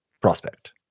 prospect